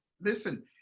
Listen